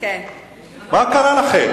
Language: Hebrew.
מה קרה לכם?